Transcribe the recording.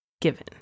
given